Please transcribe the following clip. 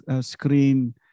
screen